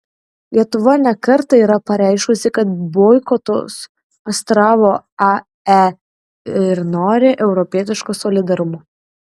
lietuva ne kartą yra pareiškusi kad boikotuos astravo ae ir nori europietiško solidarumo